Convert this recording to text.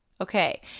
Okay